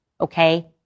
okay